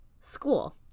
school